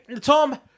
Tom